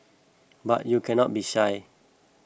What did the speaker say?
but you cannot be shy